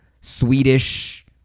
Swedish